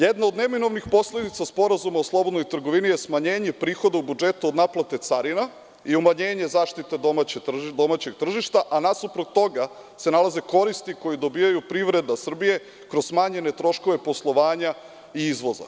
Jedno od neminovnih posledica Sporazuma o slobodnoj trgovini je smanjenje prihoda u budžetu od naplate carina i umanjenje zaštite domaćeg tržišta, a nasuprot toga se nalaze koristi koje dobijaju privreda Srbije kroz smanjene troškove poslovanja i izvoza.